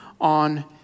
on